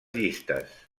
llistes